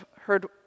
heard